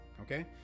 okay